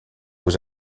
aux